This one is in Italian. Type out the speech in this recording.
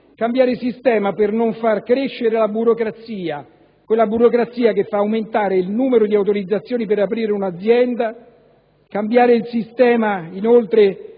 cambiare sistema per non far crescere la burocrazia, quella burocrazia che fa aumentare il numero di autorizzazioni per aprire una azienda; cambiare inoltre